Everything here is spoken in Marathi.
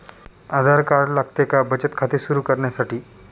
आधार कार्ड लागते का बचत खाते सुरू करण्यासाठी?